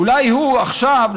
אולי עכשיו,